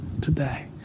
today